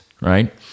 right